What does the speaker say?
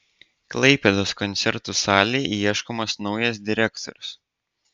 klaipėdos koncertų salei ieškomas naujas direktorius